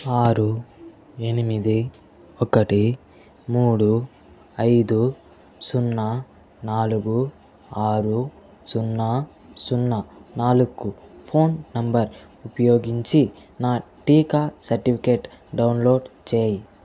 ఆరు ఎనిమిది ఒకటి మూడు ఐదు సున్నా నాలుగు ఆరు సున్నా సున్నా నాలుగు ఫోన్ నంబర్ ఉపయోగించి నా టీకా సర్టిఫికేట్ డౌన్లోడ్ చేయ్